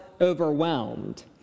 overwhelmed